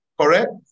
Correct